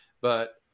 but-